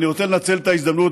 אני רוצה לנצל את ההזדמנות,